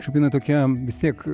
šiaip jinai tokia vis tiek